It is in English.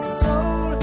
soul